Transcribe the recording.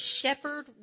shepherd